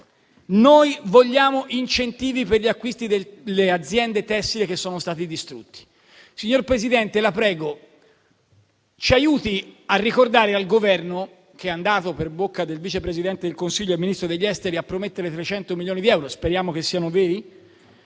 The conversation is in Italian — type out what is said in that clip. vogliono incentivi per gli acquisti delle aziende tessili che sono state distrutte. Signor Presidente, la prego di aiutarci a ricordare al Governo, che è andato per bocca del Vice Presidente del Consiglio e Ministro degli affari esteri a promettere 300 milioni di euro - speriamo che siano veri